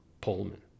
Pullman